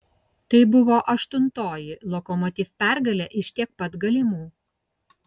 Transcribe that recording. tai buvo aštuntoji lokomotiv pergalė iš tiek pat galimų